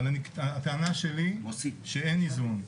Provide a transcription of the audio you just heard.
אבל הטענה שלי, שאין איזון.